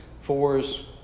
Fours